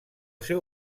seu